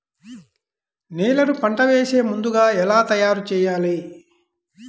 నేలను పంట వేసే ముందుగా ఎలా తయారుచేయాలి?